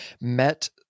met